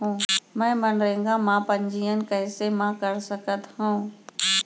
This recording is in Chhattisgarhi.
मैं मनरेगा म पंजीयन कैसे म कर सकत हो?